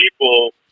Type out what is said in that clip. people